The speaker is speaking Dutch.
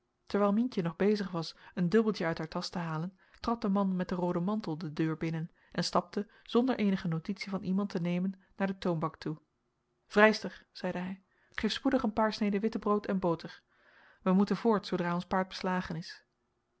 terwijl mientje nog bezig wat een dubbeltje uit haar tasch te halen trad de man met den rooden mantel de deur binnen en stapte zonder eenige notitie van iemand te nemen naar de toonbank toe vrijster zeide hij geef spoedig een paar sneden wittebrood en boter wij moeten voort zoodra ons paard beslagen is